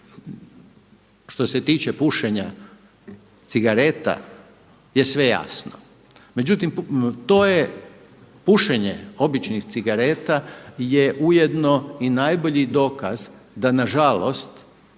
što se tiče pušenja cigareta je sve jasno. Međutim to je pušenje običnih cigareta je ujedno i najbolji dokaz da nažalost